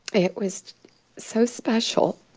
it was so special.